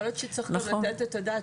יכול להיות שצריך פה לתת את הדעת,